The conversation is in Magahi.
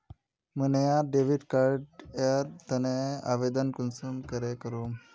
मुई नया डेबिट कार्ड एर तने आवेदन कुंसम करे करूम?